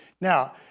Now